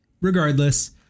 regardless